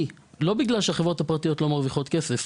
ולא בגלל שהחברות הפרטיות לא מרוויחות כסף,